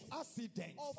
accidents